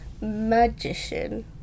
Magician